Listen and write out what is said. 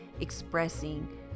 expressing